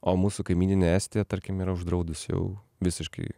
o mūsų kaimyninė estija tarkim yra uždraudus jau visiškai